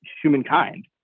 humankind